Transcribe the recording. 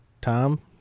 Tom